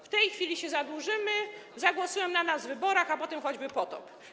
W tej chwili się zadłużymy, zagłosują na nas w wyborach, a potem choćby potop.